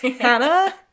Hannah